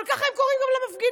אבל ככה הם קוראים למפגינים,